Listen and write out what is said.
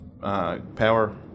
power